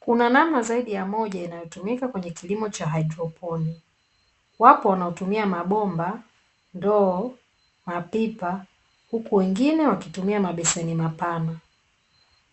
Kuna namna zaidi ya moja inayotumika kwenye kilimo cha haidroponi. Wapo wanaotumia mabomba, ndoo, mapipa; huku wengine wakitumia mabeseni mapana.